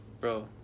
bro